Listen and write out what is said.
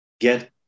get